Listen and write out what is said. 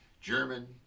German